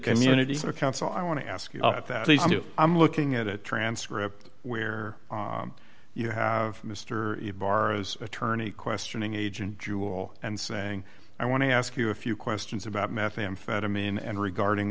community council i want to ask you i'm looking at a transcript where you have mr barros attorney questioning agent jewel and saying i want to ask you a few questions about methamphetamine and regarding